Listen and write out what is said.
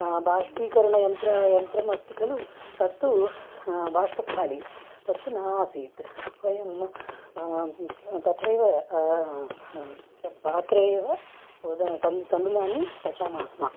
बाष्पीकरणयन्त्र यन्त्रमस्ति खलु तत्तु बाष्पस्थाली तत्तु न आसीत् वयं तथैव पात्रे एव ओदनं तानि तण्डुलानि पचामः स्म